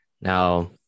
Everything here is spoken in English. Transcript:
Now